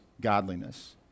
godliness